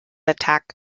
attack